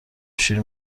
شیر